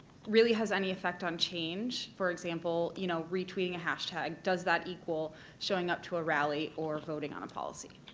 really has any effect on change? for example, you know, retweeting a hashtag, does that equal showing up to a rally or voting on a policy?